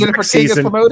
season